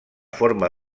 forma